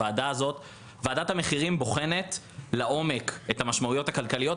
ועדת המחירים בוחנת לעומק את המשמעויות הכלכליות.